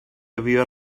havia